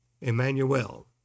emmanuel